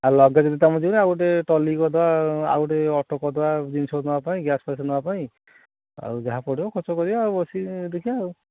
ଆଉ ଲଗେଜ୍ ଯଦି ତମେ ଆଉ ଗୋଟେ ଟ୍ରଲି କରି ଦେବା ଆଉ ଗୋଟେ ଅଟୋ କରି ଦେବା ଜିନିଷ ପତ୍ର ନେବା ପାଇଁ ଗ୍ୟାସ୍ ଫ୍ୟାସ ନେବା ପାଇଁ ଆଉ ଯାହା ପଡ଼ିବ ଖର୍ଚ୍ଚ କରିବା ଆଉ ବସିକି ଦେଖିବା ଆଉ